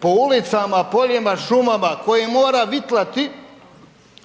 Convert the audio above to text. po ulicama, poljima, šumama, koji mora vitlati